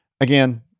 Again